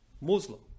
Muslim